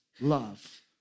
love